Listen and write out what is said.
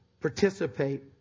participate